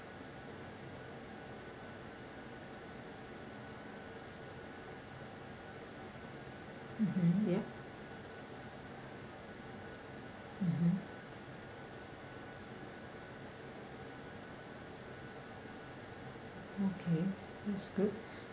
mmhmm ya mmhmm okay that's good